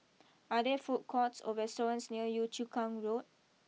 are there food courts or restaurants near Yio Chu Kang Road